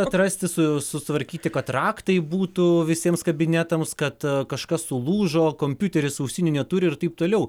atrasti su sutvarkyti kad raktai būtų visiems kabinetams kad kažkas sulūžo kompiuteris ausinių neturi ir taip toliau